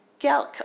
Galco